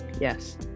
yes